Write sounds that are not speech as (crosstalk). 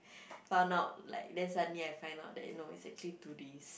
(breath) found out like then suddenly I find out that is actually two days